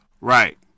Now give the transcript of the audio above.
Right